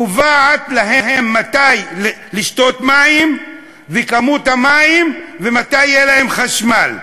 קובעת להם מתי לשתות מים ואת כמות המים ומתי יהיה להם חשמל.